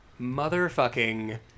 Motherfucking